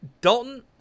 Dalton